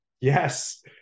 Yes